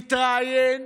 מתראיין,